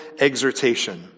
exhortation